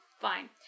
Fine